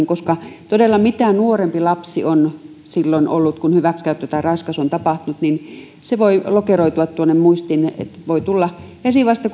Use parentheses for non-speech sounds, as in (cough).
(unintelligible) koska todella mitä nuorempi lapsi on silloin ollut kun hyväksikäyttö tai raiskaus on tapahtunut niin sitä syvemmälle se on voinut lokeroitua muistiin voi tulla esiin vasta (unintelligible)